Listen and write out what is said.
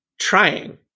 trying